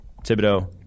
Thibodeau